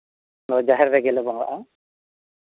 ᱡᱟᱸᱦᱮᱨ ᱨᱮᱜᱮᱞᱮ ᱵᱚᱸᱜᱟᱜᱼᱟ